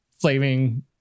flaming